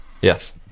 Yes